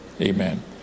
amen